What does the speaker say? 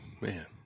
man